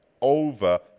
over